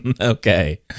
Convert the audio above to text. okay